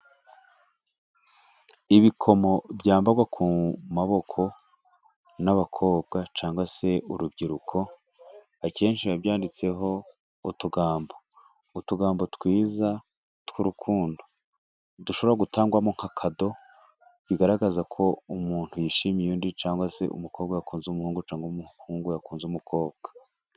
Ibikomo byambarwa ku maboko n'abakobwa cyangwa se urubyiruko akenshi yabyanditseho utugambo. Utugambo twiza tw'urukundo, dushobora gutangwamo nka kado,p bigaragaza ko umuntu yishimiye undi cyangwa se umukobwa akunze umuhungu , cyangwa umuhungu yakunze umukobwa.